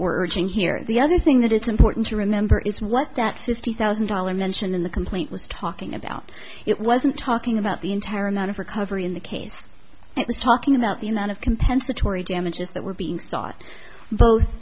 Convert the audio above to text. urging here the other thing that it's important to remember is what that fifty thousand dollars mentioned in the complaint was talking about it wasn't talking about the entire amount of recovery in the case it was talking about the amount of compensatory damages that were being sought both